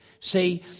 see